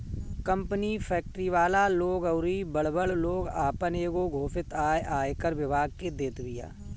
company, factory वाला लोग अउरी बड़ बड़ लोग आपन एगो घोषित आय आयकर विभाग के देत बिया